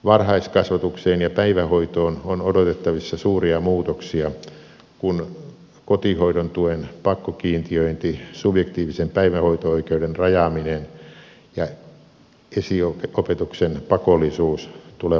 varhaiskasvatukseen ja päivähoitoon on odotettavissa suuria muutoksia kun kotihoidon tuen pakkokiintiöinti subjektiivisen päivähoito oikeuden rajaaminen ja esiopetuksen pakollisuus tulevat voimaan